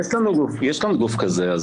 יש לנו גוף כזה.